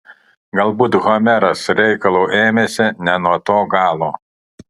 galbūt homeras reikalo ėmėsi ne nuo to galo